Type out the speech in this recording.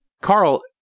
Carl